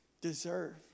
deserve